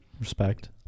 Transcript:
Respect